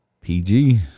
PG